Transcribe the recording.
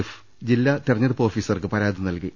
F ജില്ലാ തെര ഞ്ഞെടുപ്പ് ഓഫീസർക്ക് പരാതി നൽകി